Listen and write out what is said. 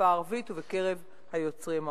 בשפה הערבית ובקרב היוצרים הערבים.